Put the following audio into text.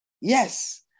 Yes